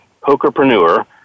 Pokerpreneur